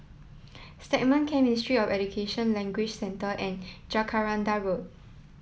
Stagmont Camp Ministry of Education Language Centre and Jacaranda Road